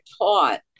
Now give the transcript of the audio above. taught